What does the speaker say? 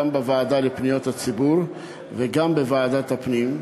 בוועדה לפניות הציבור וגם בוועדת הפנים,